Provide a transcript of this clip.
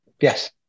Yes